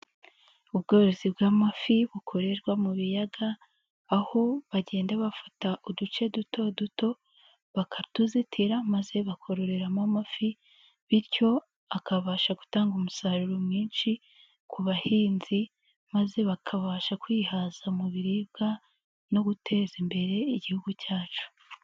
Ubworozi bw'amafi bukorerwa mu biyaga, aho bagenda bafata uduce duto duto bakatuzitira maze bakororeramo amafi, bityo akabasha gutanga umusaruro mwinshi ku bahinzi, maze bakabasha kwihaza mu biribwa no guteza imbere Igihugu cyacu.